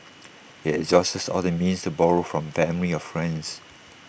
he had exhausted all the means to borrow from family or friends